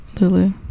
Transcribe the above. Lulu